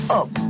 up